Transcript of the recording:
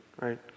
right